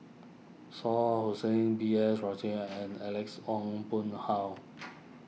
Shah Hussain B S Rajhans and Alex Ong Boon Hau